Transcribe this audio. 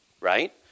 Right